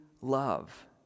love